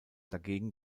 dagegen